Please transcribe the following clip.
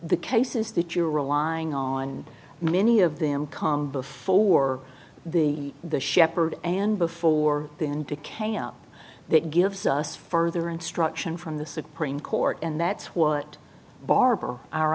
the cases that you're relying on and many of them come before the the shepherd and before then to camp that gives us further instruction from the supreme court and that's what barber our